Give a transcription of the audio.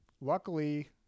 luckily